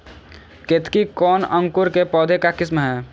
केतकी कौन अंकुर के पौधे का किस्म है?